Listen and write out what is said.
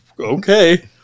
okay